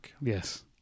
Yes